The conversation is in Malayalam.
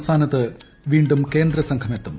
സംസ്ഥാനത്ത് വീണ്ടും കേന്ദ്രസംഘം എത്തും